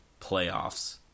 playoffs